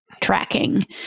tracking